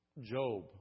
Job